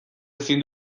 ezin